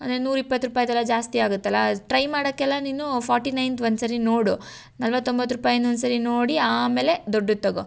ನೂರ ಇಪ್ಪತ್ತು ರೂಪಾಯಿದೆಲ್ಲ ಜಾಸ್ತಿ ಆಗುತ್ತಲ್ಲಾ ಟ್ರೈ ಮಾಡೋಕೆಲ್ಲ ನೀನು ಫೋರ್ಟಿ ನೈನ್ದು ಒಂದು ಸರಿ ನೋಡು ನಲವತ್ತೊಂಬತ್ತು ರೂಪಾಯ್ದು ಒಂದು ಸರಿ ನೋಡಿ ಆಮೇಲೆ ದೊಡ್ಡದು ತಗೋ